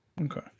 Okay